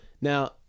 Now